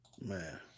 Man